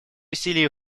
усилия